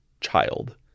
child